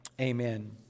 Amen